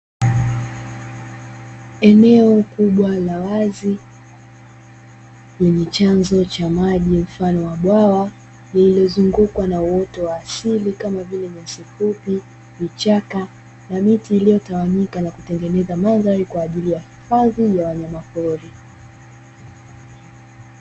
Eneo kubwa la wazi lenye chanzo cha maji mfano wa bwawa, lililozungukwa na uoto wa asili kama vile nyasi fupi vichaka na miti iliyotawanyika, na kutengeneza mandhari kwa ajili ya hifadhi ya wanyama pori.